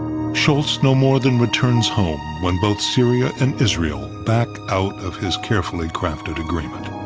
shultz no more than returns home when both syria and israel back out of his carefully crafted agreement.